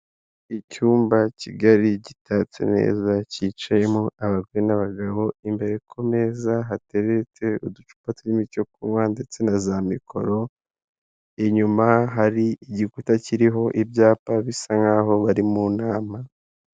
Icyumba kigari gitatse neza, cyicayemo abagore n'abagabo. Imbere ku meza hateretse uducupa turimo icyo kunywa ndetse na za mikoro inyuma hari igikuta kiriho ibyapa bisa nk'aho bari mu nama.